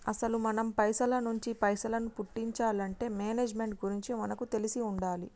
అసలు మనం పైసల నుంచి పైసలను పుట్టించాలంటే మేనేజ్మెంట్ గురించి మనకు తెలిసి ఉండాలి